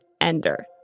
ender